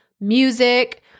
music